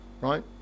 right